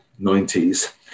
90s